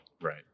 Right